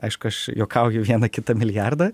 aišku aš juokauju vieną kitą milijardą